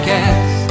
Cast